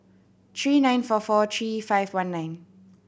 three nine four four three five one nine